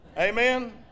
Amen